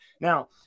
Now